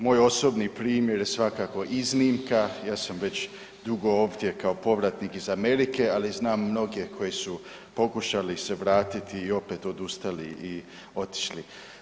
Moj osobni primjer je svakako iznimka, ja sam već dugo ovdje kao povratnik iz Amerike, ali znam mnoge koji su pokušali se vratiti i opet odustali i otišli.